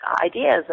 ideas